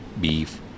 beef